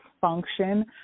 function